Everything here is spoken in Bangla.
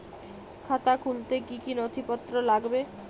খাতা খুলতে কি কি নথিপত্র লাগবে?